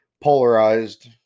polarized